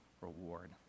reward